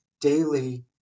daily